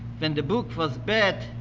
when the book was bad,